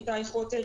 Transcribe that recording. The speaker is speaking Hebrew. איתי חוטר,